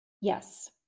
Yes